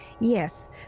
Yes